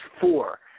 four